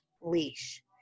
leash